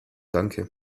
danke